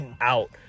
out